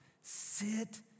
Sit